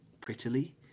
prettily